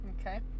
Okay